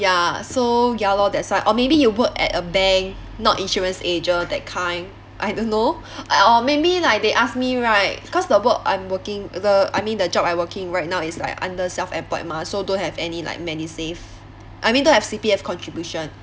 ya so ya lor that's why or maybe you work at a bank not insurance agent that kind I don't know I or maybe like they ask me right cause the work I'm working the I mean the job I working right now is like under self employed mah so don't have any like medisave I mean don't have C_P_F contribution